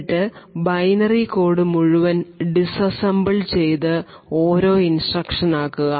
എന്നിട്ട് binary code മുഴുവൻ disassemble ചെയ്ത് ഓരോ ഇൻസ്ട്രക്ഷൻ ആക്കുക